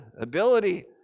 ability